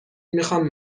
میخوام